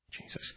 Jesus